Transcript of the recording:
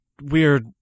weird